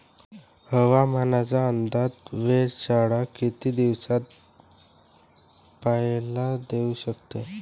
हवामानाचा अंदाज वेधशाळा किती दिवसा पयले देऊ शकते?